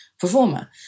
performer